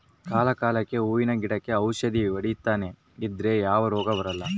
ಕಾಲ ಕಾಲಕ್ಕೆಹೂವಿನ ಗಿಡಕ್ಕೆ ಔಷಧಿ ಹೊಡಿತನೆ ಇದ್ರೆ ಯಾವ ರೋಗ ಬರಲ್ಲ